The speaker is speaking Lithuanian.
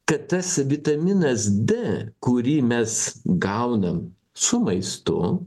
kad tas vitaminas d kurį mes gaunam su maistu